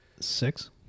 Six